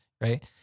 right